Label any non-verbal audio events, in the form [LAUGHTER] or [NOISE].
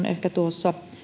[UNINTELLIGIBLE] ehkä tuossa